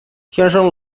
天生